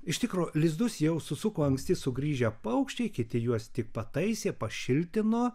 iš tikro lizdus jau susuko anksti sugrįžę paukščiai kiti juos tik pataisė pašiltino